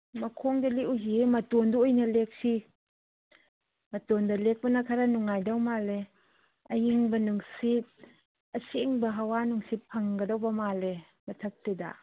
ꯃꯈꯣꯡꯗ ꯂꯦꯛꯑꯣꯏꯁꯤꯌꯦ ꯃꯇꯣꯟꯗ ꯑꯣꯏꯅ ꯂꯦꯛꯁꯤ ꯃꯇꯣꯟꯗ ꯂꯦꯛꯄꯅ ꯈꯔ ꯅꯨꯡꯉꯥꯏꯗꯧ ꯃꯥꯜꯂꯦ ꯑꯏꯪꯕ ꯅꯨꯡꯁꯤꯠ ꯑꯁꯦꯡꯕ ꯍꯋꯥ ꯅꯨꯡꯁꯤꯠ ꯐꯪꯒꯗꯧꯕ ꯃꯥꯜꯂꯦ ꯃꯊꯛꯇꯨꯗ